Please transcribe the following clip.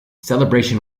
celebration